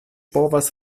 povas